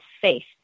faith